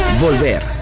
Volver